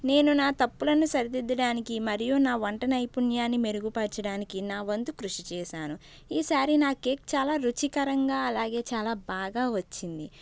నేను నా తప్పులను సరిదిద్దడానికి మరియు నా వంట నైపుణ్యాన్ని మెరుగుపరచడానికి నా వంతు కృషి చేశాను ఈ సారి నా కేక్ చాలా రుచికరంగా అలాగే చాలా బాగా వచ్చింది